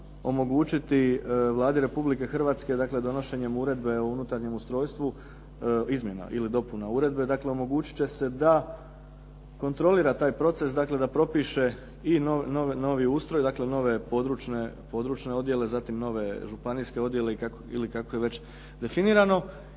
omogućiti Vladi Republike Hrvatske, dakle donošenjem uredbe o unutarnjem ustrojstvu, izmjena ili dopuna uredbe, dakle omogućit će se da kontrolira taj proces, dakle da propiše i novi ustroj, dakle nove područne odjele. Zatim, nove županijske odjele ili kako je već definirano